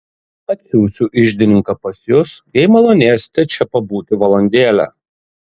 atsiųsiu iždininką pas jus jei malonėsite čia pabūti valandėlę